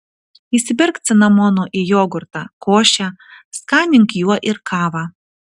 įsiberk cinamono į jogurtą košę skanink juo ir kavą